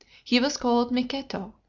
he was called micetto.